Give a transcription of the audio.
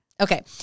Okay